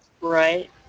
Right